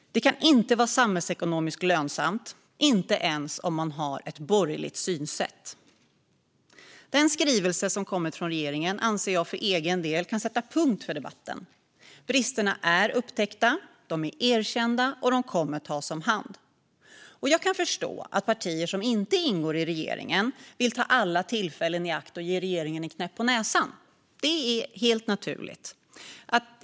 Det kan inte vara samhällsekonomiskt lönsamt, inte ens om man har ett borgerligt synsätt. Den skrivelse som har kommit från regeringen anser jag för egen del kan sätta punkt för debatten. Bristerna är upptäckta, de är erkända och de kommer att tas om hand. Jag kan förstå att partier som inte ingår i regeringen vill ta alla tillfällen i akt att ge regeringen en knäpp på näsan - det är helt naturligt.